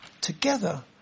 together